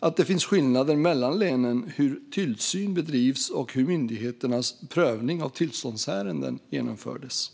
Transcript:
att det finns skillnader mellan länen i hur tillsyn bedrivs och hur myndigheternas prövning av tillståndsärenden genomförs.